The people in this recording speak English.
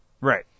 Right